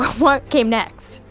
what came next?